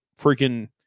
freaking